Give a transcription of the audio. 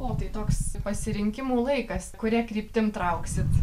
o tai toks pasirinkimų laikas kuria kryptim trauksit